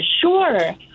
sure